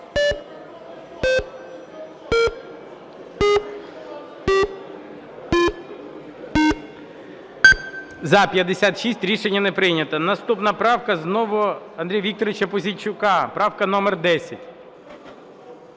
За-56 Рішення не прийнято. Наступна правка знову Андрія Вікторовича Пузійчука. Правка номер 10.